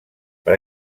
per